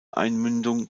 einmündung